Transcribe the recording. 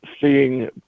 seeing